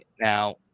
now